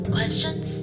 Questions